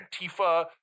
Antifa